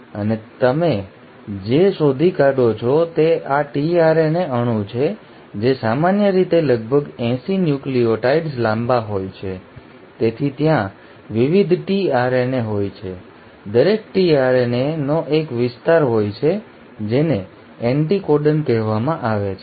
અને તમે જે શોધી કાઢો છો તે આ tRNA અણુ છે જે સામાન્ય રીતે લગભગ 80 ન્યુક્લિઓટાઇડ્સ લાંબા હોય છે તેથી ત્યાં વિવિધ tRNA હોય છે દરેક tRNA નો એક વિસ્તાર હોય છે જેને એન્ટિકોડન કહેવામાં આવે છે